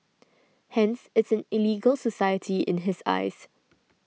Hence it's an illegal society in his eyes